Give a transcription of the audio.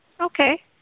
Okay